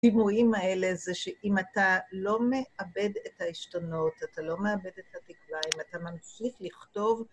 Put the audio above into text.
הדימויים האלה זה שאם אתה לא מאבד את העשתונות, אתה לא מאבד את התקווה, אם אתה ממשיך לכתוב...